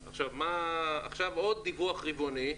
עכשיו, עוד דיווח רבעוני,